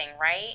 right